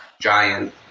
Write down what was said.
giant